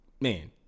man